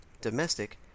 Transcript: domestic